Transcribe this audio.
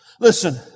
Listen